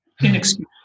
inexcusable